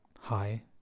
hi